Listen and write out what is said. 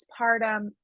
postpartum